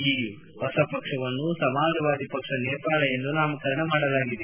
ಈಗ ಹೊಸ ಪಕ್ಷವನ್ನು ಸಮಾಜವಾದಿ ಪಕ್ಷ ನೇಪಾಳ ಎಂದು ನಾಮಕರಣ ಮಾಡಲಾಗಿದೆ